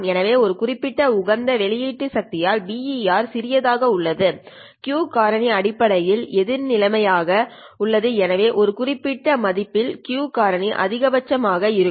எனவே ஒரு குறிப்பிட்ட உகந்த வெளியீட்டு சக்தி இல் BER சிறியதாக உள்ளது Q காரணி அடிப்படையில் எதிர் நிலைமை ஆக உள்ளது எனவே ஒரு குறிப்பிட்ட மதிப்பு இல் Q காரணி அதிகபட்சம் ஆக இருக்கும்